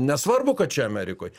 nesvarbu kad čia amerikoj